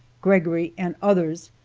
gregory, and others,